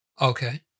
Okay